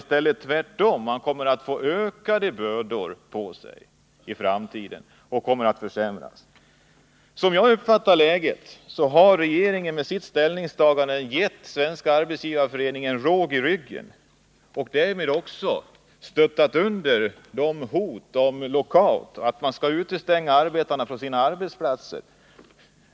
Skall de tvärtom få ökade bördor i framtiden, skall läget ytterligare försämras? Såsom jag har uppfattat läget har regeringen med sitt ställningstagande gett Svenska arbetsgivareföreningen råg i ryggen och därmed också stöttat under hotet om lockout, dvs. utestängning av arbetarna från deras arbetsplatser.